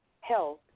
health